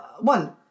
one